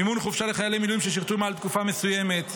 מימון חופשה לחיילי מילואים ששירתו מעל תקופה מסוימת,